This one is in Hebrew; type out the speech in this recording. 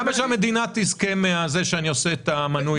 למה שהמדינה תזכה מכך שאני עושה את המנוי האלקטרוני?